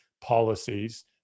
policies